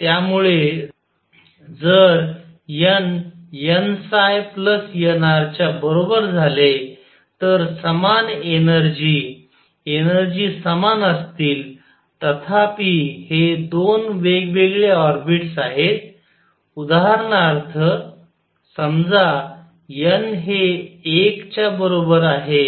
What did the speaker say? त्यामुळे जर n nnr च्या बरोबर झाले तर समान एनर्जी एनर्जी समान असतील तथापि हे 2 वेगवेगळे ऑर्बिटस आहेत उदाहरणार्थ समजा n हे एक च्या बरोबर आहे